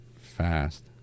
fast